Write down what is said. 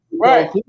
Right